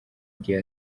gihe